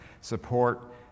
support